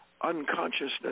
unconsciousness